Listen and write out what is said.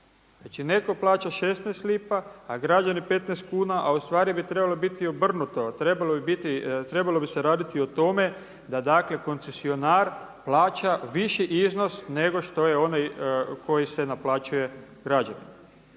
Znači netko plaća 16 lipa, a građani 15 kuna, a ustvari bi trebalo biti obrnuto. Trebalo bi se raditi o tome da koncesionar plaća viši iznos nego što je onaj koji se naplaćuje građanima.